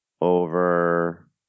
over